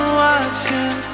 watching